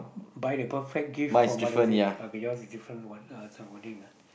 buy the perfect gift for Mother's Day uh but yours is different one uh different wording ah